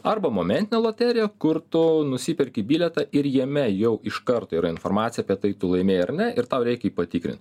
arba momentinę loteriją kur tu nusiperki bilietą ir jame jau iš karto yra informacija apie tai tu laimėjai ar ne ir tau reikia jį patikrint